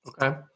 Okay